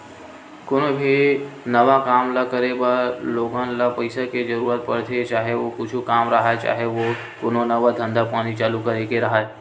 कोनो भी नवा काम ल करे बर लोगन ल पइसा के जरुरत पड़थे, चाहे ओ कुछु काम राहय, चाहे ओ कोनो नवा धंधा पानी चालू करे के राहय